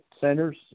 centers